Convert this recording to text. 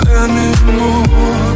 anymore